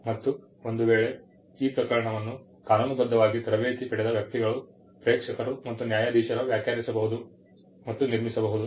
ಮತ್ತು ಒಂದು ವೇಳೆ ಈ ಪ್ರಕರಣವನ್ನು ಕಾನೂನುಬದ್ಧವಾಗಿ ತರಬೇತಿ ಪಡೆದ ವ್ಯಕ್ತಿಗಳು ಪರೀಕ್ಷಕರು ಮತ್ತು ನ್ಯಾಯಾಧೀಶರು ವ್ಯಾಖ್ಯಾನಿಸಬಹುದು ಮತ್ತು ನಿರ್ಮಿಸಬಹುದು